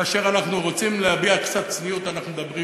כאשר אנחנו רוצים להביע קצת צניעות אנחנו מדברים